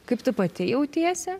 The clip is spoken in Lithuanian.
kaip tu pati jautiesi